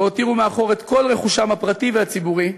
והותירו מאחור את כל רכושם הפרטי והציבורי,